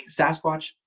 Sasquatch